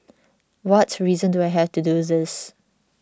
what reason do I have to do this